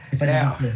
now